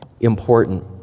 important